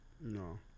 No